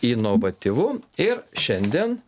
inovatyvu ir šiandien